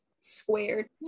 Squared